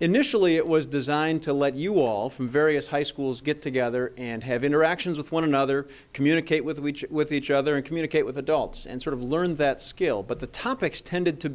initially it was designed to let you all from various high schools get together and have interactions with one another communicate with each other and communicate with adults and sort of learn that skill but the topics tended to